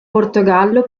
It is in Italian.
portogallo